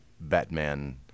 Batman